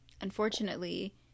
unfortunately